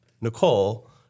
Nicole